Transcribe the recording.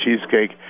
cheesecake